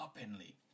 openly